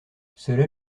cela